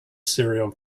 serial